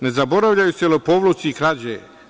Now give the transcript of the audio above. Ne zaboravljaju se lopovluci i krađe.